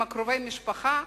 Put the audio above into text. עם קרובי המשפחה,